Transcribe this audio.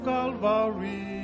Calvary